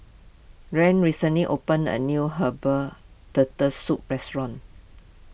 Rhys Recently opened a new Herbal Turtle Soup restaurant